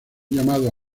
llamados